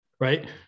right